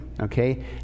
Okay